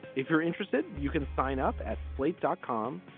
if you're interested, you can sign up at slate dot com.